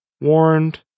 warned